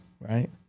right